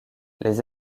les